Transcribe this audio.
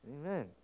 Amen